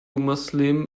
muslim